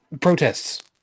protests